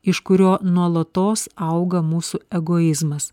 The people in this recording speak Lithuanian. iš kurio nuolatos auga mūsų egoizmas